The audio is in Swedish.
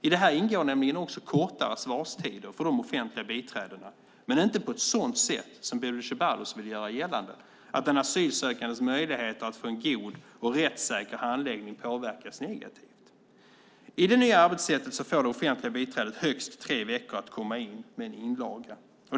I det här ingår nämligen också kortare svarstider för de offentliga biträdena, men inte på ett sådant sätt som Bodil Ceballos vill göra gällande, att den asylsökandes möjligheter att få en god och rättssäker handläggning påverkas negativt. I det nya arbetssättet får det offentliga biträdet högst tre veckor på sig att komma in med en inlaga.